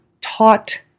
taught